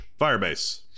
Firebase